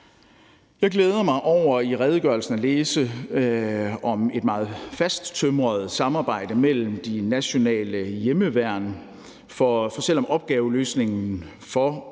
Jeg glæder mig over i redegørelsen at læse om et meget fasttømret samarbejde mellem de nationale hjemmeværn. For selv om opgaveløsningen for